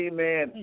Amen